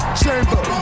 chamber